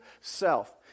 self